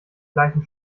gleichen